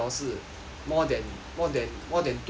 more than more than more than two or three ah